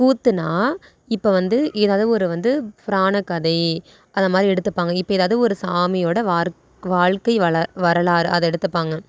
கூத்துன்னால் இப்போ வந்து எதாவது ஒரு வந்து புராணக்கதை அதை மாதிரி எடுத்துப்பாங்க இப்போ எதாவது ஒரு சாமியோடய வாழ்க்கை வள வரலாறு அதை எடுத்துப்பாங்க